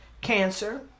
Cancer